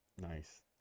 Nice